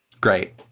Great